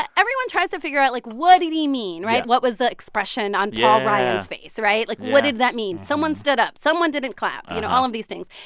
ah everyone tries to figure out, like, what'd did he mean, right? what was the expression on paul ryan's face, right? like, what did that mean? someone stood up, someone didn't clap you know, all of these things.